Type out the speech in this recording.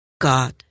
God